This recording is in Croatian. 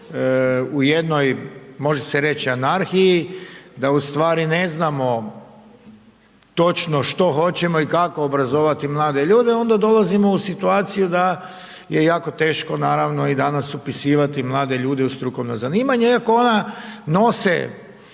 u jednoj, može se reći anarhiji, da ustvari ne znamo točno što hoćemo i kako obrazovati mlade ljude, onda dolazimo u situaciju da je jako teško naravno i danas upisivati mlade ljude u strukovna zanimanja iako ona nose